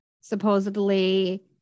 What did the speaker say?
supposedly